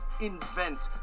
invent